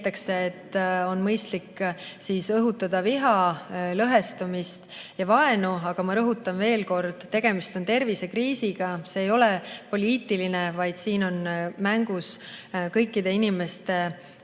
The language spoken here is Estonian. et on mõistlik õhutada viha, lõhestumist ja vaenu. Aga ma rõhutan veel kord, et tegemist on tervisekriisiga. See ei ole poliitiline, siin on mängus kõikide inimeste elu ja